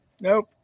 Nope